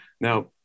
Now